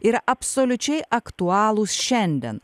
yra absoliučiai aktualūs šiandien